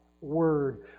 Word